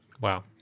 Wow